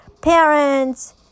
parents